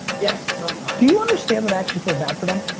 yes, sometimes. do you understand that i actually feel bad for them?